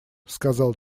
сказал